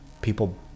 people